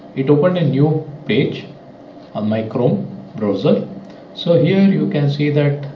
it opened a new page on my chrome browser so here you can see that